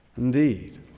Indeed